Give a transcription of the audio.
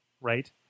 right